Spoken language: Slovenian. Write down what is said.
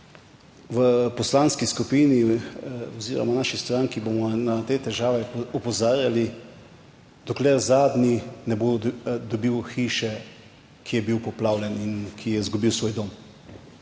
v poslanski skupini oziroma v naši stranki bomo na te težave opozarjali dokler zadnji ne bo dobil hiše, ki je bil poplavljen in ki je izgubil svoj dom.